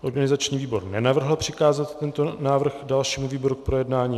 Organizační výbor nenavrhl přikázat tento návrh dalšímu výboru k projednání.